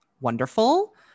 wonderful